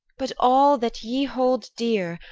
but all that ye hold dear,